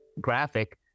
graphic